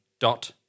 dot